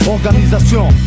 Organisation